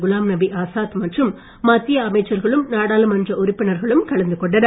குலாம்நபி ஆசாத் மற்றும் மத்திய அமைச்சர்களும் நாடாளுமன்ற உறுப்பினர்களும் கலந்து கொண்டனர்